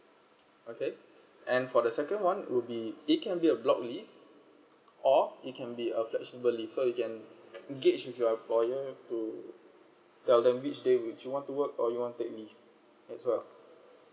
okay and for the second one would be it can be a block leave or it can be a flexible leave so you can engage with your employer to tell them which day would you want to work or you want take leave as well